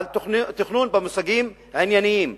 תחום תוכנית המיתאר הוא 1,200 דונם,